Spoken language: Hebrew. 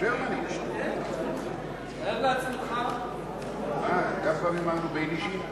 תאר לעצמך, כמה פעמים אומרים "ביינישים"?